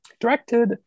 directed